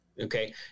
Okay